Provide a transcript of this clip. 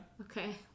Okay